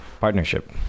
partnership